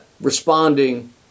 responding